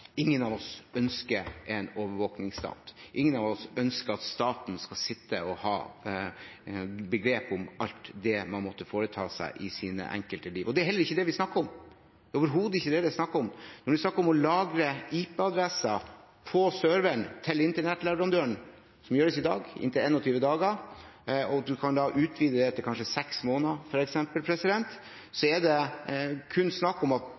ingen av oss ønsker en overvåkningsstat. Ingen av oss ønsker at staten skal sitte og ha begrep om alt det man måtte foreta seg i sitt liv. Det er heller ikke det vi snakker om – det er overhodet ikke det det er snakk om. Det er snakk om å lagre IP-adresser på serveren til internettleverandøren, som gjøres i dag i inntil 21 dager, og at man kan utvide det til kanskje seks måneder, f.eks. Det er kun snakk om at